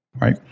right